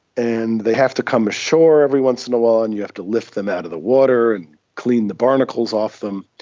and they have to come ashore every once in a while and you have to lift them out of the water and clean the barnacles off them.